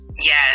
Yes